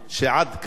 שעד כאן.